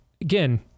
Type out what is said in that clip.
Again